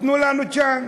תנו לנו צ'אנס.